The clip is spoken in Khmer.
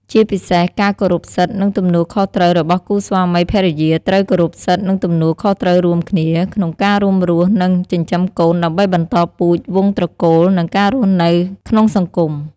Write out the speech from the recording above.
ជាពិសេសការគោរពសិទ្ធិ និងទំនួលខុសត្រូវរបស់គូស្វាមីភរិយាត្រូវគោរពសិទ្ធិ និងទំនួលខុសត្រូវរួមគ្នា ក្នុងការរួមរស់ និងចិញ្ចឹមកូន ដើម្បីបន្តពូជ វង្សត្រកូល និងការរស់នៅក្នុងសង្គម។